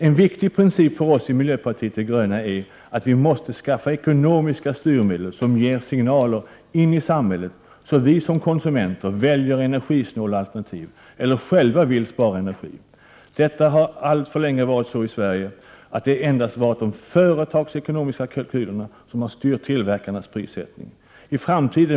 En viktig princip för oss i miljöpartiet de gröna är att vi måste skaffa ekonomiska styrmedel som ger signaler in i samhället, så att vi som konsumenter väljer energisnåla alternativ eller själva vill spara energi. Alltför länge har endast företagsekonomiska kalkyler styrt tillverkarnas prissättning i Sverige.